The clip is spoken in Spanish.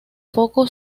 foco